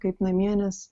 kaip namie nes